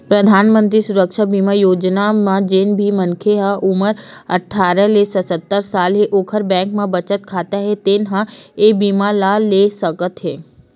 परधानमंतरी सुरक्छा बीमा योजना म जेन भी मनखे के उमर अठारह ले सत्तर साल हे ओखर बैंक म बचत खाता हे तेन ह ए बीमा ल ले सकत हे